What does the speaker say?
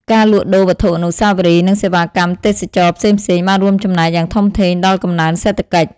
ការលក់ដូរវត្ថុអនុស្សាវរីយ៍ និងសេវាកម្មទេសចរណ៍ផ្សេងៗ បានរួមចំណែកយ៉ាងធំធេងដល់កំណើនសេដ្ឋកិច្ច។